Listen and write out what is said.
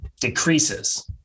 decreases